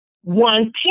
one